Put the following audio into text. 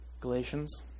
Galatians